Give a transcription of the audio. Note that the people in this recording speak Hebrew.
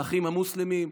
האחים המוסלמים,